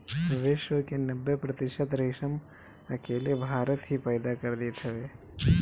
विश्व के नब्बे प्रतिशत रेशम अकेले भारत ही पैदा कर देत हवे